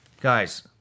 guys